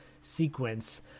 sequence